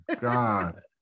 god